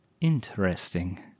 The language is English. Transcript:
Interesting